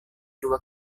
dua